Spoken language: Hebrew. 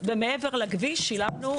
ומעבר לכביש שילמנו,